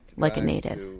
like a native.